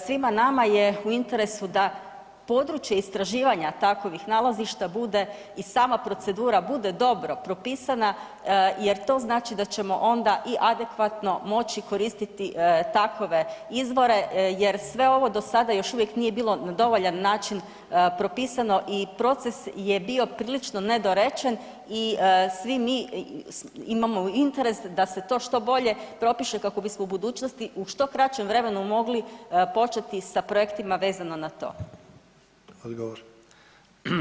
Svima nama je u interesu da područja istraživanja takovih nalazišta bude i sama procedura bude dobro propisana jer to znači da ćemo onda i adekvatno moći koristiti takove izvore jer sve ovo do sada još nije bilo na dovoljan način propisano i proces je bio prilično nedorečen i svi mi imamo interes da se to što bolje propiše kako bismo u budućnosti u što kraćem vremenu mogli početi sa projektima vezano na to.